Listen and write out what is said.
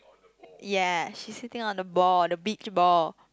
ya she sitting on the ball the beach ball